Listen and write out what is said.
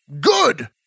Good